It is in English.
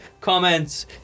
Comments